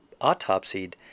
autopsied